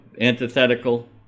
antithetical